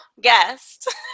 guest